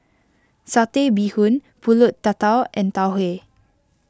Satay Bee Hoon Pulut Tatal and Tau Huay